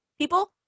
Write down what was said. people